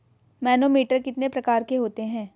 Manometer कितने प्रकार के होते हैं?